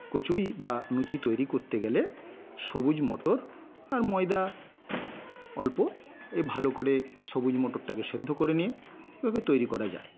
কচুরি বা লুচি তৈরি করতে গেলে সবুজ মটর আর ময়দা অল্প ভালো করে সবুজ মটরটাকে সেদ্ধ করে নিয়ে ওভাবে তৈরি করা যায়